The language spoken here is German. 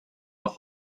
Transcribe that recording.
noch